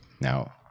now